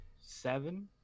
seven